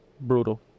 brutal